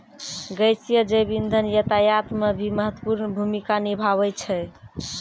गैसीय जैव इंधन यातायात म भी महत्वपूर्ण भूमिका निभावै छै